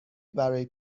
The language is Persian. برای